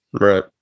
Right